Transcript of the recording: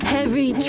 Heavy